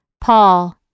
Paul